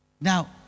Now